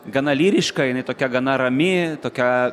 gana lyriška jinai tokia gana rami tokia